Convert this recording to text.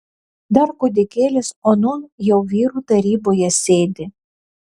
dar kūdikėlis o nūn jau vyrų taryboje sėdi